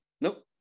nope